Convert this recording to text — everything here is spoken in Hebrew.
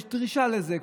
שיש דרישה לזה.